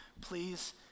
please